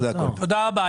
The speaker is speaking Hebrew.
תודה רבה.